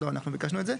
לא אנחנו ביקשנו את זה.